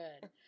good